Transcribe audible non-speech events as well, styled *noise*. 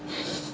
*laughs*